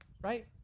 right